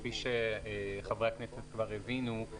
כפי שחברי הכנסת כבר הבינו,